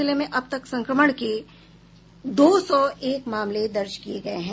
जिले में अब तक संक्रमण के दो सौ एक मामले दर्ज किये गये हैं